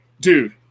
Dude